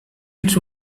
its